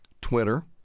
Twitter